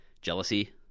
jealousy